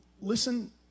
Listen